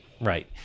Right